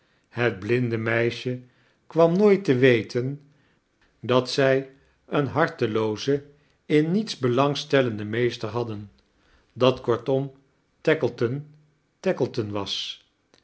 het blinde meisje kwam nooit te weten dat zij een harteloozem in niets belang stellenden meester hadden dat kortom tackleton tackleton was